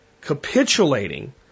capitulating